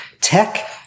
Tech